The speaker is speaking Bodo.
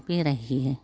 बेरायहैयो